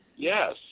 Yes